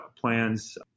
plans